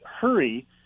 hurry